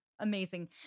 amazing